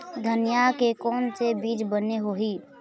धनिया के कोन से बीज बने होही?